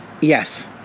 Yes